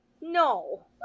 No